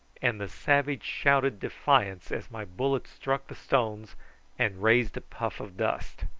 and the savage shouted defiance as my bullet struck the stones and raised a puff of dust.